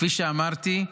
כפי שאמרתי,